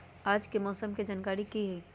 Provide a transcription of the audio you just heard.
आज के मौसम के जानकारी कि हई?